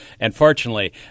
unfortunately